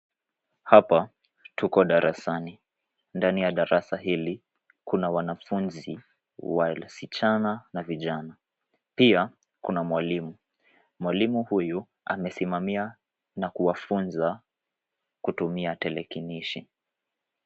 Hapa, tuko darasani. Ndani ya darasa hili, kuna wanafunzi, wasichana na vijana. Pia, kuna mwalimu. Mwalimu huyu, amesimamia, na kuwafunza, kutumia telekinishi.